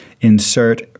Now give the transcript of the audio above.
insert